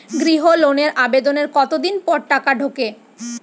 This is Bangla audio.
গৃহ লোনের আবেদনের কতদিন পর টাকা ঢোকে?